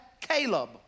Caleb